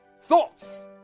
thoughts